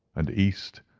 and east,